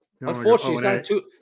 unfortunately